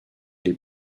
les